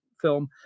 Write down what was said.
film